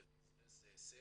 זה עסק,